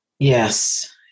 Yes